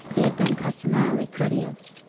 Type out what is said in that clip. he had been customarily courteous,